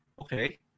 Okay